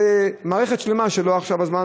זו מערכת שלמה שלא עכשיו הזמן,